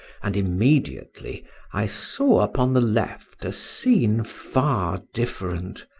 and immediately i saw upon the left a scene far different,